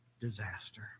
disaster